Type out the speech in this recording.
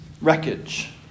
wreckage